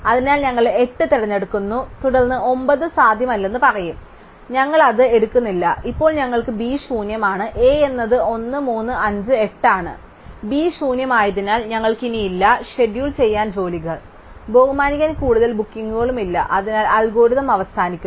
അതിനാൽ ഞങ്ങൾ 8 തിരഞ്ഞെടുക്കുന്നു തുടർന്ന് 9 സാധ്യമല്ലെന്ന് ഞങ്ങൾ പറയും അതിനാൽ ഞങ്ങൾ അത് എടുക്കുന്നില്ല ഇപ്പോൾ ഞങ്ങൾക്ക് B ശൂന്യമാണ് A എന്നത് 1 3 5 8 ആണ് B ശൂന്യമായതിനാൽ ഞങ്ങൾക്ക് ഇനിയില്ല ഷെഡ്യൂൾ ചെയ്യാനുള്ള ജോലികൾ ബഹുമാനിക്കാൻ കൂടുതൽ ബുക്കിംഗ് ഇല്ല അതിനാൽ അൽഗോരിതം അവസാനിക്കുന്നു